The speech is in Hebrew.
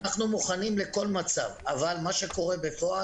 אנו מוכנים לכל מצב, אבל בפועל,